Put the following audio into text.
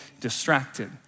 distracted